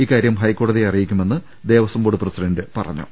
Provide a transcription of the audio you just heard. ഇക്കാര്യം ഹൈക്കോടതിയെ അറിയിക്കുമെന്ന് ദേവസം ബോർഡ് പ്രസി ഡന്റ് പറഞ്ഞു